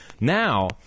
Now